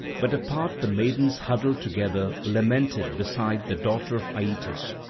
but apart the maidens huddled together lamented beside the daughter of aeetes.